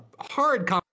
hard